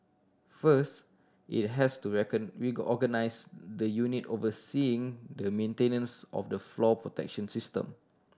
first it has to reorganised the unit overseeing the maintenance of the flood protection system